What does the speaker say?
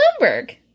Bloomberg